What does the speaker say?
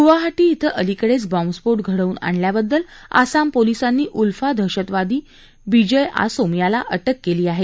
गुवाहाटी इथं अलिकडेच बॉम्बस्फोट घडवून आणल्याबद्दल आसाम पोलिसांनी उल्फा दहशतवादी बिजय आसोम याला अटक केली आहे